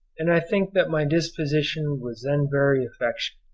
and i think that my disposition was then very affectionate.